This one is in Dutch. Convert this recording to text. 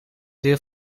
deel